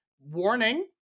Warning